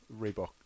Reebok